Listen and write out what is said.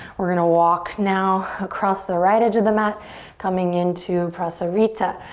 we're gonna walk now across the right edge of the mat coming into prasarita.